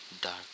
dark